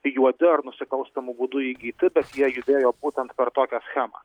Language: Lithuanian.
juodi ar nusikalstamu būdu įgyti bet jie judėjo būtent per tokią schemą